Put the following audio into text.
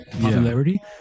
popularity